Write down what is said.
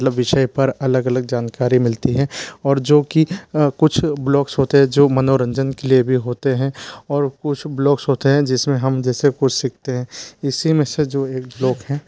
मतलब विषय पर अलग अलग जानकारी मिलती है और जो कि कुछ ब्लॉक्स होते हैं जो मनोरंजन के लिए भी होते हैं और कुछ ब्लॉग्स होते हैं जिस में हम जैसे कुछ सीखते हैं इसी में से जो एक ब्लॉग है